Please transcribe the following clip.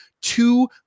two